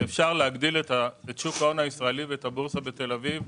להגדיל את שוק ההון הישראלי ואת הבורסה בתל אביב,